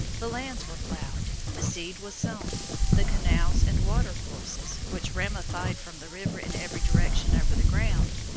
the lands were plowed the seed was sown the canals and water-courses, which ramified from the river in every direction over the ground,